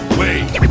wait